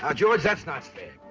ah george, that's not fair.